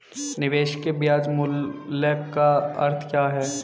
निवेश के ब्याज मूल्य का अर्थ क्या है?